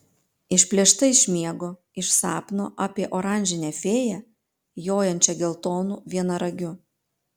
išplėšta iš miego iš sapno apie oranžinę fėją jojančią geltonu vienaragiu